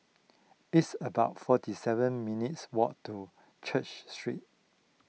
it's about forty seven minutes' walk to Church Street